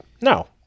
No